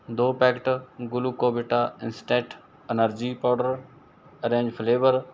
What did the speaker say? ਦੋ packet Glucovita instant energy powder orange flavour